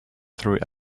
through